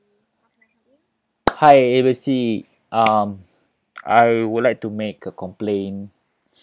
hi A B C um I would like to make a complaint